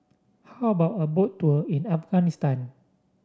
how about a Boat Tour in Afghanistan